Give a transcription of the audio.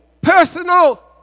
personal